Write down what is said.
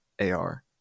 ar